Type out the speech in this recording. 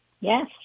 Yes